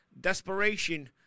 desperation